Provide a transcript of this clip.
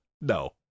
No